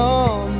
on